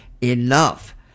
enough